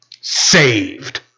Saved